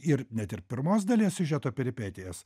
ir net ir pirmos dalies siužeto peripetijas